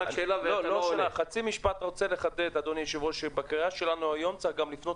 אני רק רוצה לחדד בקריאה שלנו היום צריך גם לפנות